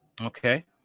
Okay